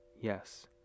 Yes